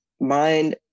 mind